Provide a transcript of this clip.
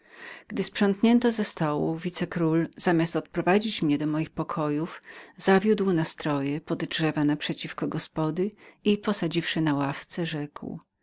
gdy sprzątnięto ze stołu wicekról zamiast odprowadzenia mnie do moich pokojów zawiódł nas troje pod drzewa naprzeciwko gospody i posadziwszy na ławce rzekł